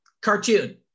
cartoon